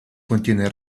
contiene